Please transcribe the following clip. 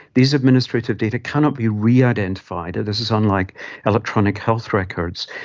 these administrative data cannot be re-identified. this is unlike electronic health records.